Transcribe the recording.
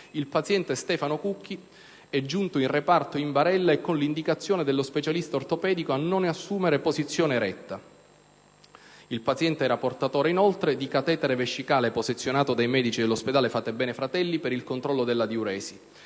il paziente Stefano Cucchi è giunto in reparto in barella e con l'indicazione dello specialista ortopedico a non assumere posizione eretta. Il paziente era portatore inoltre di catetere vescicale posizionato dai medici dell'ospedale Fatebenefratelli per il controllo della diuresi.